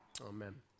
Amen